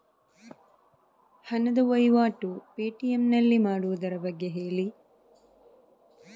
ಹಣದ ವಹಿವಾಟು ಪೇ.ಟಿ.ಎಂ ನಲ್ಲಿ ಮಾಡುವುದರ ಬಗ್ಗೆ ಹೇಳಿ